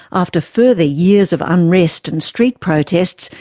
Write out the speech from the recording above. after further years of unrest and street protests,